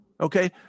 okay